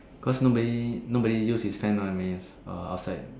cause nobody nobody use his fan ah when he's err outside